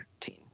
team